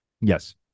Yes